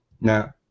Now